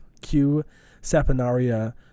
Q-saponaria